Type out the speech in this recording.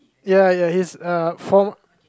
ya ya he's uh from